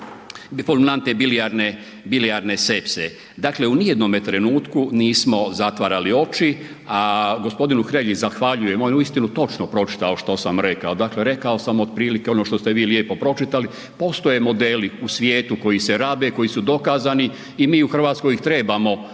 bilijarne, bilijarne sepse. Dakle, ni u jednome trenutku nismo zatvarali oči, a g. Hrelji zavaljujem, on je uistinu točno pročitao što sam rekao, dakle rekao sam otprilike ono što ste vi lijepo pročitali, postoje modeli u svijetu koji se rabe, koji su dokazani i mi u RH ih trebamo